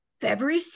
february